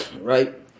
Right